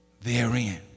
therein